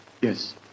Yes